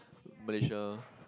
malaysia